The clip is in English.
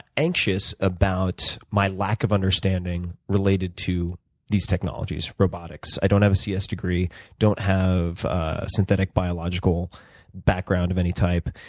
anxious about my lack of understanding related to these technologies. robotics i don't have a cs degree, i don't have a synthetic biological background of any type.